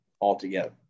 altogether